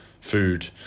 food